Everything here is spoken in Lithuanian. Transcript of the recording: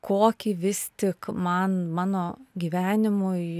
kokį vis tik man mano gyvenimui